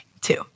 two